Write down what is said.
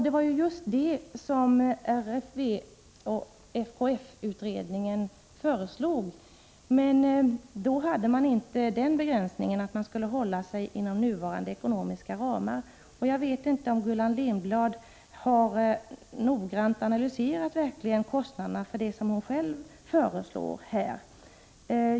Det var just det som RFV 86:100 Lindblad verkligen noggrant har analyserat kostnaderna för det som hon 19 mars 1986 själv föreslår här.